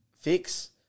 fix